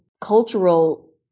cultural